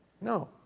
No